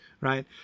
Right